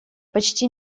почти